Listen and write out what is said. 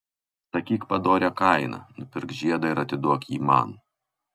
sakyk padorią kainą nupirk žiedą ir atiduok jį man